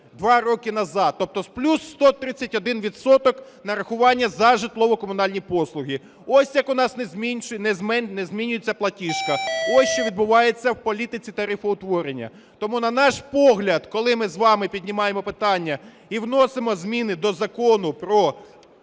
два роки назад, тобто плюс 131 відсоток за житлово-комунальні послуги. Ось як у нас не змінюється платіжка, ось що відбувається у політиці тарифоутворення. Тому, на наш погляд, коли ми з вами піднімаємо питання і вносимо зміни до Закону "Про